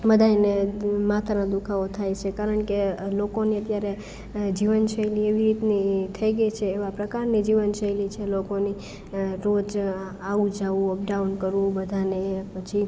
બધાંયને માથાનો દુખાવો થાય છે કારણ કે લોકોને ત્યારે જીવન શૈલી એવી રીતની થઈ ગઈ છે એવા પ્રકારની જીવન શૈલી છે લોકોની રોજ આવું જાવું અપડાઉન કરવું બધાને પછી